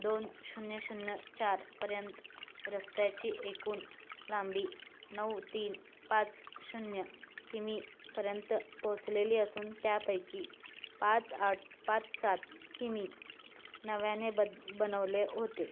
दोन शून्य शून्य चारपर्यंत रस्त्यांची एकूण लांबी नऊ तीन पाच शून्य किमीपर्यंत पोहोचलेली असून त्यापैकी पाच आठ पाच सात किमी नव्याने बद् बनवले होते